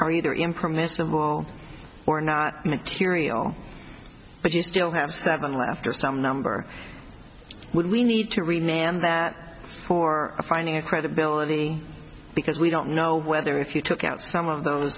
are either in commission of all or not material but you still have seven laughter some number would we need to remain and that for a finding of credibility because we don't know whether if you took out some of th